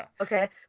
okay